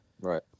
Right